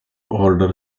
order